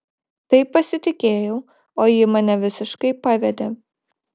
taip pasitikėjau o ji mane visiškai pavedė